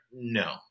No